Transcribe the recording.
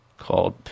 called